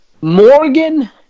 Morgan